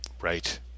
Right